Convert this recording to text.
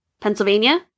Pennsylvania